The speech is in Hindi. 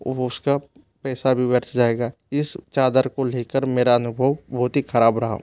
वो उसका पैसा भी व्यर्थ जाएगा इस चादर को लेकर मेरा अनुभव बहुत ही खराब रहा